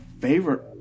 favorite